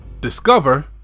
discover